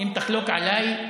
אם תחלוק עליי,